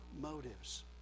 motives